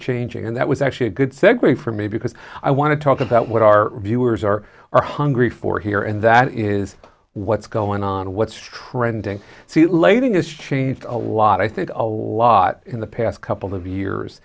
changing and that was actually a good segue for me because i want to talk about what our viewers are are hungry for here and that is what's going on what's trending see lading is change a law i think a lot in the past couple of years